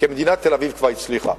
כי מדינת תל-אביב כבר הצליחה.